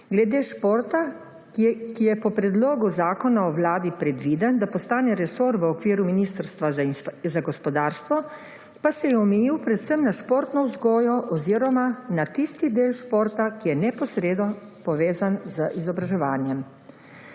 Glede športa, ki je po predlogu Zakona o Vladi Republike Slovenije predviden, da postane resor v okviru ministrstva za gospodarstvo, pa se je omejil predvsem na športno vzgojo oziroma na tisti del športa, ki je neposredno povezan z izobraževanjem.